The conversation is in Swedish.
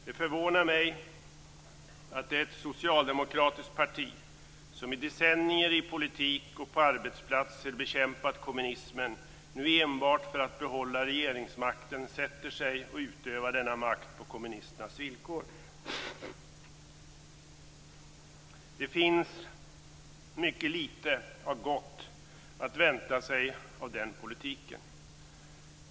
Det förvånar mig att ett socialdemokratiskt parti, som i decennier i politik och på arbetsplatser bekämpat kommunismen, nu enbart för att behålla regeringsmakten sätter sig och utövar denna makt på kommunisternas villkor. Det finns mycket lite av gott att vänta sig av den politiken.